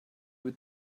with